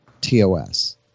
TOS